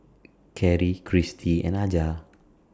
Karri Cristy and Aja